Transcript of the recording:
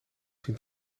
zien